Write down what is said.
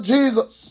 Jesus